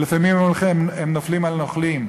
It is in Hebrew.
ולפעמים הם נופלים על נוכלים.